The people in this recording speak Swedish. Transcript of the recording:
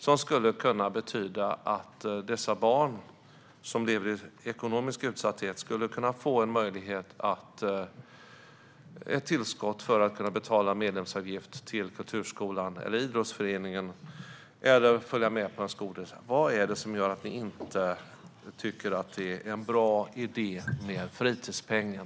Den skulle kunna betyda att de barn som lever i ekonomisk utsatthet skulle kunna få ett tillskott och därmed möjlighet att betala medlemsavgift till kulturskolan eller idrottsföreningen eller att följa med på en skolresa. Vad är det som gör att ni inte tycker att det är en bra idé med fritidspengen?